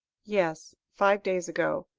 yes, five days ago.